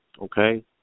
Okay